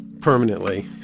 permanently